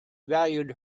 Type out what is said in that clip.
valued